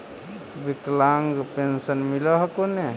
विकलांग पेन्शन मिल हको ने?